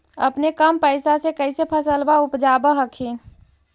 अपने कम पैसा से कैसे फसलबा उपजाब हखिन?